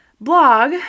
blog